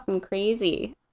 crazy